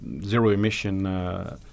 zero-emission